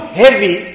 heavy